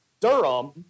Durham